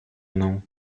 mną